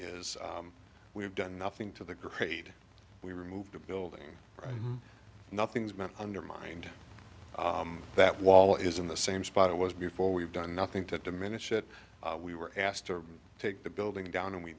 is we've done nothing to the grade we removed the building nothing's been undermined that wall is in the same spot it was before we've done nothing to diminish it we were asked to take the building down and we